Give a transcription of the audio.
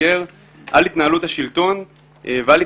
ועל התנהלות נבחריו.